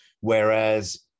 whereas